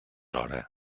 hora